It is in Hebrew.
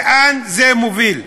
לאן זה מוביל?